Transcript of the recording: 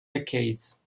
decades